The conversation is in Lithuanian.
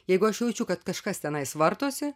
jeigu aš jaučiu kad kažkas tenai vartosi